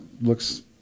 Looks